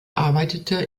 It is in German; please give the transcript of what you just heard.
arbeitete